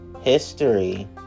History